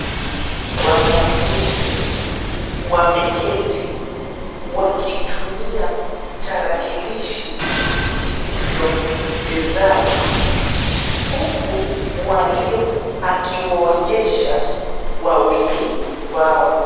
Wanafunzi wameketi wakitumia tarakilishi zilizo mezani huku mwalimu akiwaonyesha wawili wao.